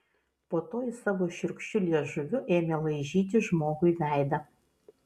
po to jis savo šiurkščiu liežuviu ėmė laižyti žmogui veidą